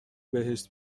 بهشت